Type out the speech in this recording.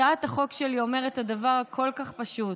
הצעת החוק שלי אומרת את הדבר הכל-כך פשוט: